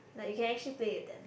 like you can actually play with them